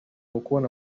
ukubona